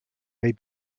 may